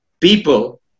people